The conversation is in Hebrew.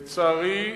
לצערי,